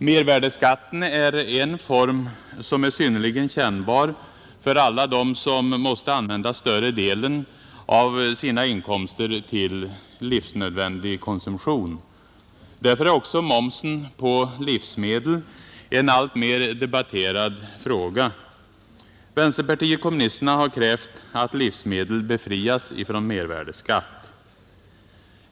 Mervärdeskatten är en form som är synnerligen kännbar för alla dem som måste använda större delen av sina inkomster till livsnödvändig konsumtion. Därför är också momsen på livsmedel en alltmer debatterad fråga. Vänsterpartiet kommunisterna har krävt att livsmedel befrias från mervärdeskatt.